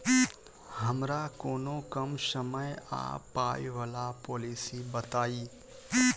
हमरा कोनो कम समय आ पाई वला पोलिसी बताई?